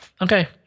Okay